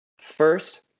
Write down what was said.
first